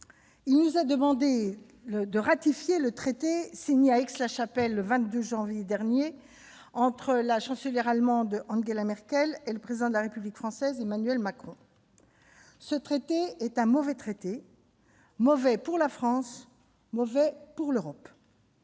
il nous est demandé de ratifier le traité signé à Aix-la-Chapelle, le 22 janvier dernier, entre la Chancelière allemande, Angela Merkel, et le Président de la République française, Emmanuel Macron. Ce traité est un mauvais traité, pour la France comme pour l'Europe.